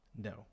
No